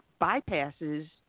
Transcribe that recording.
bypasses